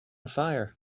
fire